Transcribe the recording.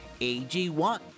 ag1